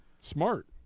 Smart